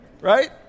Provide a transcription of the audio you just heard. Right